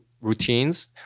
routines